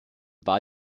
war